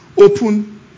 open